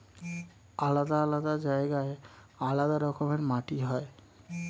আলাদা আলাদা জায়গায় আলাদা রকমের মাটি হয়